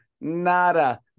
Nada